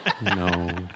No